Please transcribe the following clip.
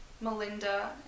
Melinda